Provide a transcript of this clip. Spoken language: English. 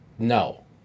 No